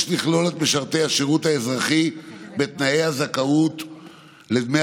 יש לכלול את משרתי השירות האזרחי בתנאי הזכאות לדמי